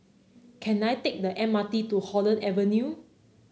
can I take the M R T to Holland Avenue